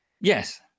Yes